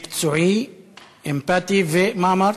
מה אמרת?